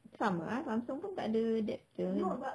tak faham ah eh samsung pun takde adaptor